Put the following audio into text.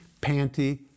panty